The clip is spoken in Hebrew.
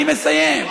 אני מסיים.